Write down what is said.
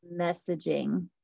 messaging